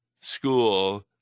school